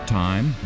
time